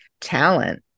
talent